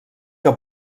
que